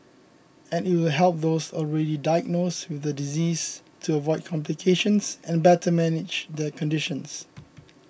and it will help those already diagnosed with the disease to avoid complications and better manage their condition